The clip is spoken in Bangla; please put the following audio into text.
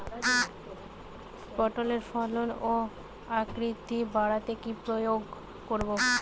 পটলের ফলন ও আকৃতি বাড়াতে কি প্রয়োগ করব?